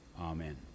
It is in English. Amen